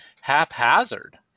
haphazard